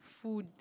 food